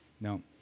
no